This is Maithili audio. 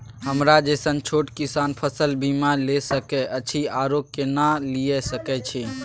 हमरा जैसन छोट किसान फसल बीमा ले सके अछि आरो केना लिए सके छी?